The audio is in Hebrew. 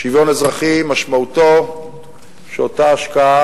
שוויון אזרחי משמעותו שאותה השקעה,